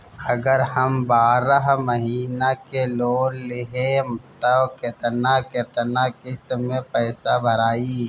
अगर हम बारह महिना के लोन लेहेम त केतना केतना किस्त मे पैसा भराई?